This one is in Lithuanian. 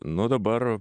nu dabar